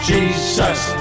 Jesus